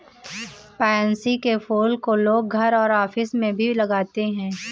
pansy के फूल को लोग घर और ऑफिस में भी लगाते है